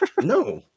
No